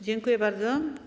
Dziękuję bardzo.